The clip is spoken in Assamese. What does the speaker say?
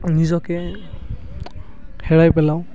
নিজকে হেৰাই পেলাওঁ